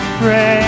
pray